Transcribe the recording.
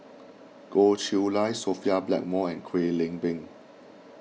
Goh Chiew Lye Sophia Blackmore and Kwek Leng Beng